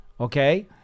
okay